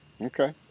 Okay